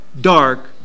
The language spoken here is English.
dark